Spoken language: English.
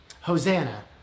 Hosanna